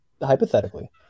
hypothetically